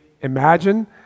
imagine